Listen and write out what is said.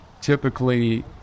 typically